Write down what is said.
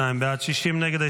52 בעד, 60 נגד.